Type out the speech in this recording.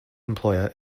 employer